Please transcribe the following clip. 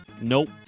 Nope